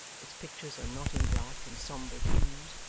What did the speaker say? its pictures are not in black and sombre hues,